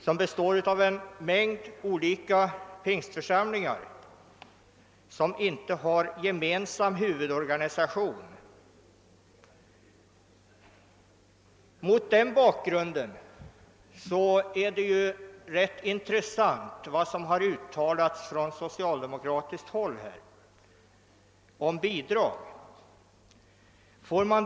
Den består av en mängd olika pingstförsamlingar som inte har någon gemensam huvudorganisation. Mot den bakgrunden är det som från socialdemokratiskt håll sagts om bidrag ganska intressant.